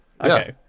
Okay